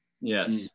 Yes